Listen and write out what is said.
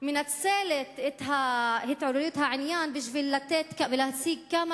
מנצלת את התעוררות העניין כדי להציג כמה